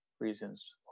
reasons